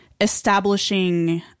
establishing